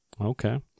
okay